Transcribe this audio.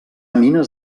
mines